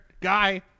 guy